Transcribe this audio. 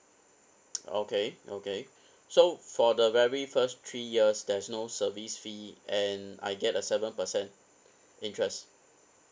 okay okay so for the very first three years there's no service fee and I get a seven percent interest